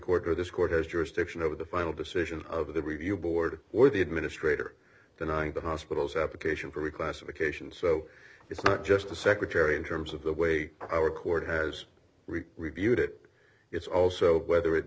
or this court has jurisdiction over the final decision of the review board or the administrator denying the hospital's application for reclassification so it's not just the secretary in terms of the way our court has reviewed it it's also whether it